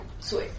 Sweet